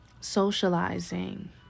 socializing